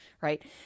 right